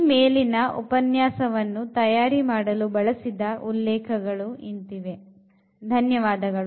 ಈ ಮೇಲಿನ ಉಪನ್ಯಾಸವನ್ನು ತಯಾರಿ ಮಾಡಲು ಬಳಸಿದ ಉಲ್ಲೇಖಗಳು